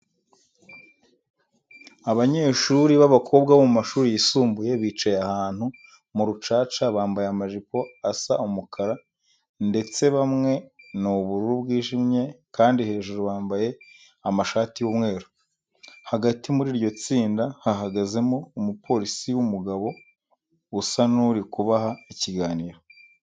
Abanyeshuri b'abakobwa bo mu mashuri yisumbuye bicaye ahantu mu rucaca, bambaye amajipo asa umukara ndetse bamwe ni ubururu bwijimye kandi hejuru bambaye amashati y'umweru. Hagati muri iryo tsinda hahagazemo umupolisi w'umugabo usa n'uri kubaha ikiganiro.